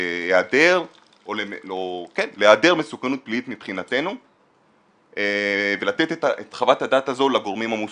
להעדר מסוכנות פלילית מבחינתנו ולתת את חוות הדעת הזו לגורמים המוסמכים.